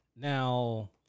Now